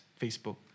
Facebook